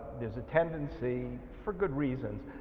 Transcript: there's a tendency for good reason